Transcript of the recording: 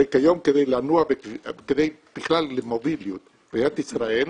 הרי כיום, בכלל המוביליות במדינת ישראל,